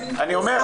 כן.